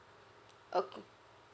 okay